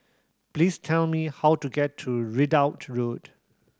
please tell me how to get to Ridout Road